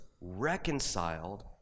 reconciled